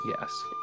yes